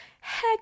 Heck